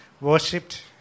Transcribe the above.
worshipped